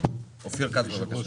אופיר כץ, בבקשה.